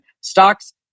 stocks